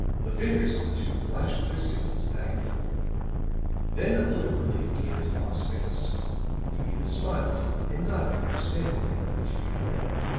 the fingers of the two flashed their signals back and forth then a look of relief came into locke's face he even smiled, and nodded understandingly at the two young men.